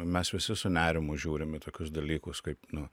mes visi su nerimu žiūrim į tokius dalykus kaip nu